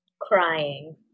Crying